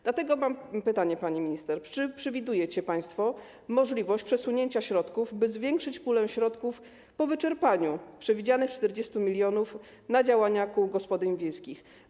Dlatego mam pytanie, pani minister: Czy przewidujecie państwo możliwość przesunięcia środków, by zwiększyć pulę środków po wyczerpaniu przewidzianych 40 mln na działania kół gospodyń wiejskich?